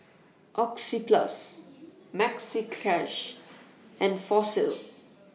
Oxyplus Maxi Cash and Fossil